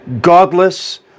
Godless